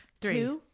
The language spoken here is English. Three